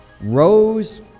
Rose